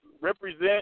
represent